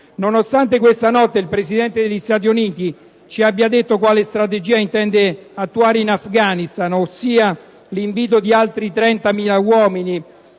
nonostante questa notte il Presidente degli Stati Uniti ci abbia detto quale strategia intende attuare in Afghanistan, ovverosia l'invio di altri 30.000 uomini,